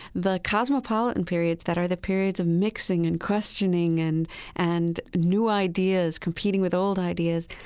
the cosmopolitan periods that are the periods of mixing and questioning and and new ideas competing with old ideas,